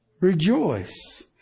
Rejoice